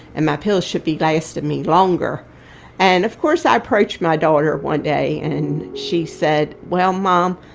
and my pills should be lasting me longer and, of course, i approached my daughter one day and, she said, well, mom,